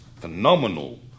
phenomenal